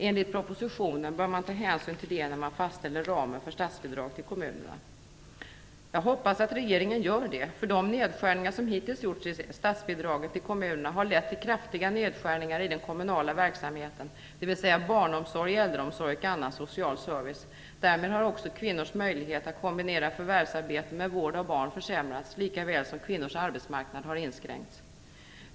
Enligt propositionen bör man ta hänsyn till detta när man fastställer ramen för statsbidrag till kommunerna. Jag hoppas att regeringen gör det, därför att de nedskärningar som hittills har gjorts i statsbidragen till kommunerna har lett till kraftiga nedskärningar i den kommunala verksamheten, dvs. inom barnomsorg, äldreomsorg och annan social service. Därmed har också kvinnors möjlighet att kombinera förvärvsarbete med vård av barn försämrats lika väl som att kvinnors arbetsmarknad har inskränkts.